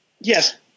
Yes